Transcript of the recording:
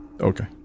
Okay